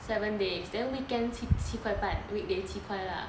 seven days then weekends 七块半 weekday 七块 lah